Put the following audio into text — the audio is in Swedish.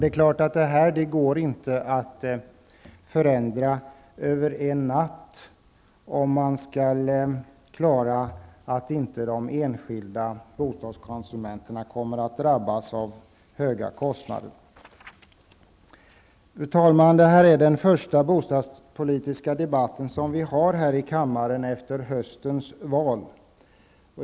Det är klart att det inte går att över en natt åstadkomma en förändring -- om man nu vill undvika att enskilda bostadskonsumenter drabbas av höga kostnader. Denna debatt, fru talman, är den första bostadspolitiska debatten här i kammaren efter höstens val.